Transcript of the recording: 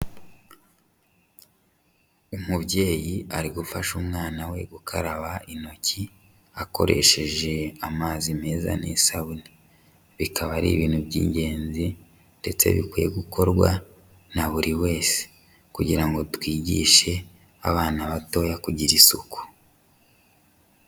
Umubyeyi ari gufasha umwana we gukaraba intoki, akoresheje amazi meza n'isabune, bikaba ari ibintu by'ingenzi ndetse bikwiye gukorwa na buri wese, kugira ngo twigishe abana batoya kugira isuku.